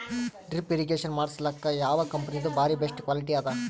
Drip irrigation ಮಾಡಸಲಕ್ಕ ಯಾವ ಕಂಪನಿದು ಬಾರಿ ಬೆಸ್ಟ್ ಕ್ವಾಲಿಟಿ ಅದ?